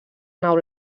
nau